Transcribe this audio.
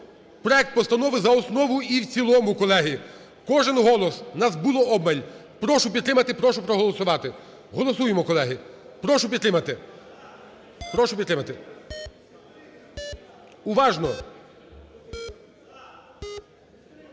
проект Постанови за основу і в цілому, колеги. Кожен голос, нас було обмаль. Прошу підтримати, прошу проголосувати. Голосуємо, колеги. Прошу підтримати. Прошу підтримати. Уважно!